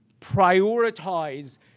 prioritize